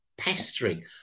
pestering